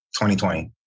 2020